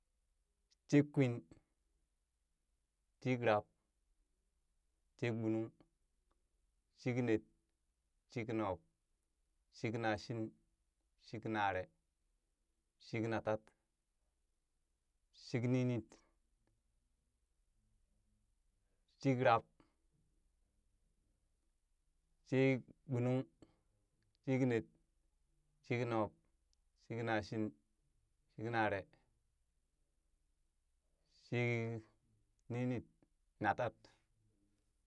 Shikkwin, shikrab, shikgbunung, shiknet, shiknub, shiknashin, shiknaree, shiknatat, shikninit, shikrab, shiikgbunung, shiknet, shiknub, shiknashin, shiknaree, shikninit, natat